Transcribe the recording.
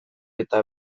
eta